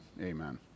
Amen